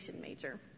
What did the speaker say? major